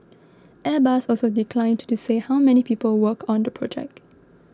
Airbus also declined to say how many people work on the project